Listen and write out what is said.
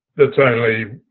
it's only